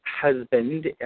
husband